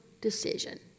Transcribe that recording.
decision